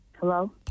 Hello